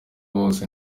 bose